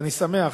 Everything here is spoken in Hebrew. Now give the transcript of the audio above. ואני שמח,